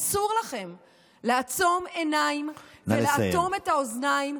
למה אי-אפשר להתייחס גם לשאר הדברים שקורים במדינה?